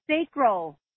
sacral